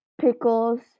pickles